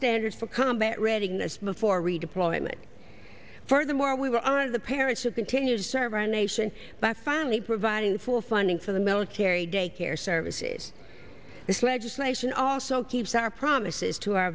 standards for combat reading this before redeployment furthermore we will honor the parents who continue to serve our nation by finally providing for funding for the military daycare services this legislation also keeps our promises to our